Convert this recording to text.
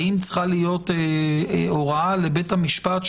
האם צריכה להיות הוראה של המחוקק לבית המשפט,